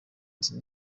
nzi